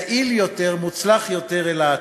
יעיל יותר, מוצלח יותר, אל העתיד.